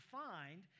find